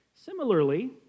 Similarly